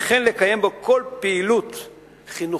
וכן לקיים בו כל פעילות חינוכית,